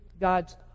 God's